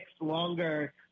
longer